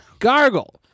Gargle